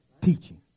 teaching